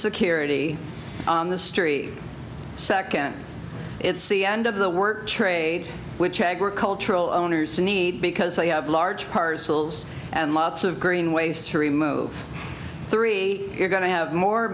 security on the story second it's the end of the work trade which agricultural owners to need because they have large parcels and lots of green waste to remove three you're going to have more